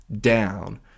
down